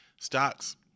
stocks